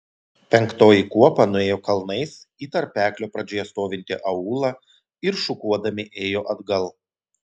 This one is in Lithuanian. penktoji kuopa nuėjo kalnais į tarpeklio pradžioje stovintį aūlą ir šukuodami ėjo atgal